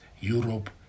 Europe